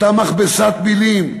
אותה מכבסת מילים: